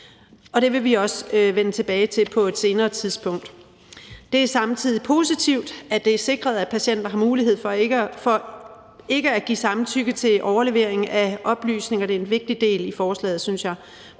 det vil vi også vende tilbage til på et senere tidspunkt. Det er samtidig positivt, at det er sikret, at patienter har mulighed for ikke at give samtykke til overlevering af oplysninger. Det er en vigtig del i forslaget, synes jeg.